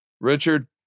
Richard